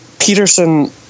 Peterson